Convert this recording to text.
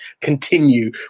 continue